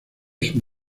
sus